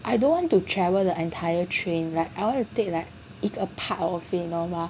I don't want to travel the entire train ride I want to take like 一个 part of it you know right